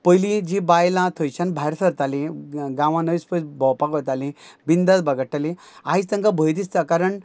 पयलीं जी बायलां थंयच्यान भायर सरतालीं गांवान अयस पयस भोंवपाक वतालीं बिंदास भागडटालीं आयज तांकां भंय दिसता कारण